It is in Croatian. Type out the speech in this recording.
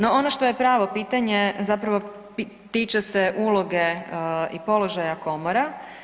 No ono što je pravo pitanje zapravo tiče se uloge i položaja komora.